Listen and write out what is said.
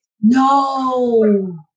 No